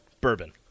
Bourbon